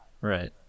Right